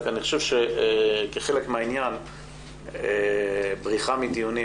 אני חושב שכחלק מהעניין בריחה מדיונים,